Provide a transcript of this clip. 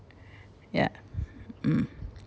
ya mm